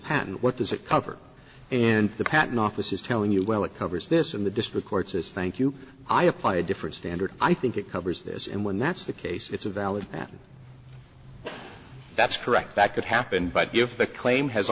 patent what does it cover and the patent office is telling you well it covers this in the district courts as thank you i apply a different standard i think it covers this and when that's the case it's a valid that that's correct that could happen but if the claim has